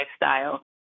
lifestyle